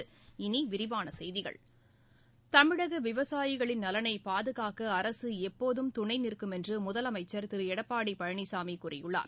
இனி விரிவான செய்திகள் தமிழக விவசாயிகளின் நலனை பாதுகாக்க அரசு எப்போதும் துணை நிற்கும்ம என்று முதலமைச்சர் திரு எடப்பாடி பழனிசாமி கூறியுள்ளார்